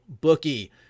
bookie